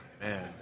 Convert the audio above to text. man